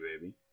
baby